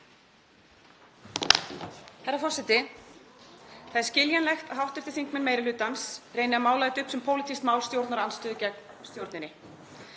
Herra forseti. Það er skiljanlegt að hv. þingmenn meiri hlutans reyni að mála þetta upp sem pólitískt mál stjórnarandstöðu gegn stjórninni,